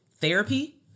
therapy